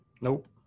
Nope